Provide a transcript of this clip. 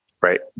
Right